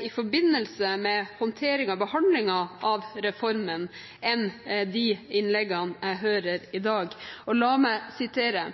i forbindelse med håndteringen og behandlingen av reformen enn i de innleggene jeg hører i dag, og la meg sitere